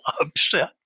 upset